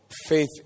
Faith